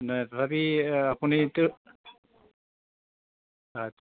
নাই তথাপি আপুনিতো আচ্ছা